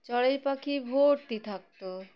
চড়াই পাখি ভর্তি থাকত